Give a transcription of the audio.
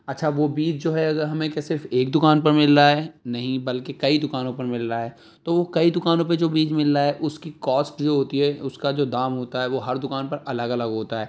اچھا وہ بیج جو ہے اگر ہمیں کہ صرف ایک دوکان پر مل رہا ہے نہیں بلکہ کئی دوکانوں پر مل رہا ہے تو وہ کئی دوکانوں پہ جو بیج مل رہا ہے اس کی کوسٹ جو ہوتی ہے اس کا جو دام ہوتا ہے وہ ہر دوکان پر الگ الگ ہوتا ہے